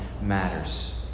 matters